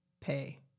pay